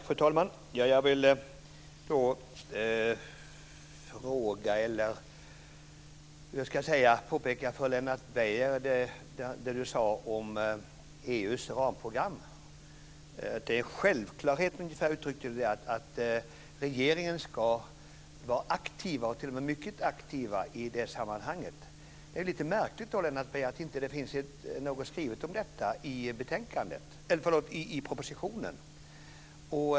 Fru talman! Jag vill kommentera det som Lennart Beijer sade om EU:s ramprogram. Han talade om att det var en självklarhet att regeringen ska vara mycket aktiv i det sammanhanget. Det är då lite märkligt, Lennart Beijer, att det inte finns något skrivet om detta i propositionen.